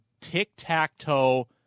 tic-tac-toe